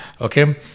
Okay